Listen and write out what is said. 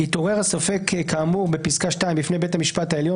התעורר הספק כאמור בפסקה (2) בפני בית המשפט העליון